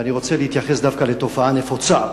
ואני רוצה להתייחס דווקא לתופעה נפוצה,